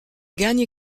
gagne